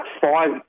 five